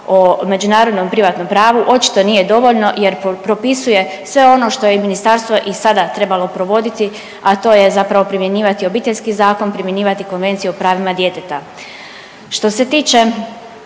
o međunarodnom privatnom pravu očito nije dovoljno jer propisuje sve ono što je i ministarstvo i sada trebalo provoditi, a to je zapravo primjenjivati Obiteljski zakon, primjenjivati Konvencije o pravima djeteta. Što se tiče